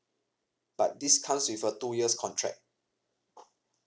but this comes with a two years contract